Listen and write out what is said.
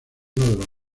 los